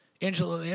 Angela